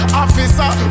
officer